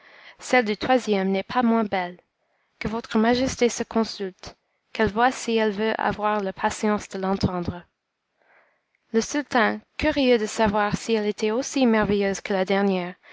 celle du troisième n'est pas moins belle que votre majesté se consulte qu'elle voie si elle veut avoir la patience de l'entendre le sultan curieux de savoir si elle était aussi merveilleuse que la dernière